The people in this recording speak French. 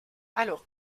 alors